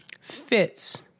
fits